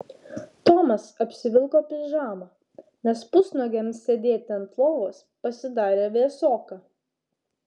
tomas apsivilko pižamą nes pusnuogiam sėdėti ant lovos pasidarė vėsoka